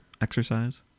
exercise